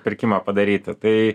pirkimą padaryti tai